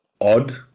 odd